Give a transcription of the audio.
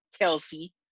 Kelsey